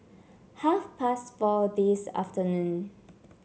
half past four this afternoon